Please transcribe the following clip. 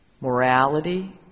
morality